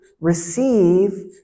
receive